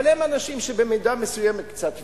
אבל הם אנשים שבמידה מסוימת קצת ויתרו,